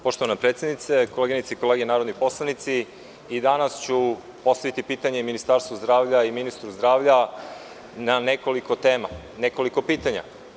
Poštovana predsednice, koleginice i kolege narodni poslanici, danas ću postaviti Ministarstvu zdravlja i ministru zdravlja na nekoliko tema, na nekoliko pitanja.